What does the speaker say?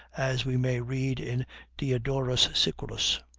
as we may read in diodorus siculus.